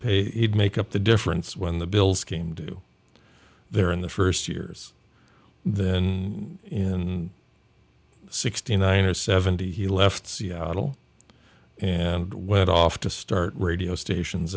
he he'd make up the difference when the bills scheme do there in the first years then in sixty nine or seventy he left seattle and went off to start radio stations